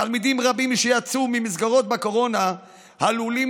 תלמידים רבים שיצאו מהמסגרות בקורונה עלולים